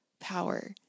power